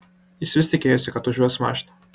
jis vis tikėjosi kad užves mašiną